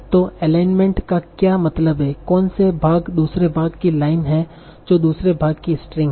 तो एलाइनमेंटस का क्या मतलब है कौन से भाग दूसरे भाग की लाइन हैं जो दुसरे भाग कि स्ट्रिंग है